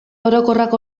orokorrak